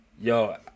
Yo